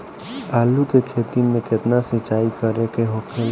आलू के खेती में केतना सिंचाई करे के होखेला?